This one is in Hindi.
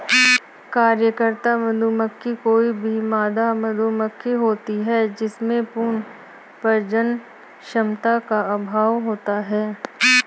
कार्यकर्ता मधुमक्खी कोई भी मादा मधुमक्खी होती है जिसमें पूर्ण प्रजनन क्षमता का अभाव होता है